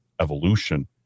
evolution